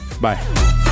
Bye